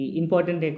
important